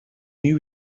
new